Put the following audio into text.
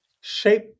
shape